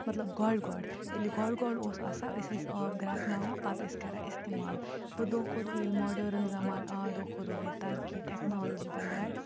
مطلب گۄڈٕ گۄڈٕ ییٚلہِ یہِ گۄڈٕ گۄڈٕ اوس آسان أسۍ ٲسۍ آب گرٛٮ۪کناوان پَتہٕ ٲسۍ کَران اِستعمال وۄنۍ دۄہ کھۄ دۄہ ییٚلہِ ماڈٲرٕن زَمانہٕ آو دۄہ کھۄ دۄہ گٔے ترقی ٹٮ۪کنالجی بَڑے